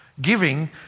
giving